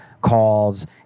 calls